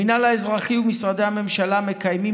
המינהל האזרחי ומשרדי הממשלה מקיימים